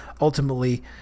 ultimately